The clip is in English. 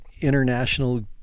international